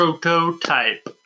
prototype